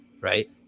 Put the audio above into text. right